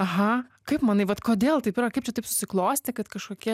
aha kaip manai vat kodėl taip yra kaip čia taip susiklostė kad kažkokie